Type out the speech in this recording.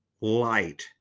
light